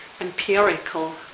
empirical